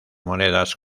monedas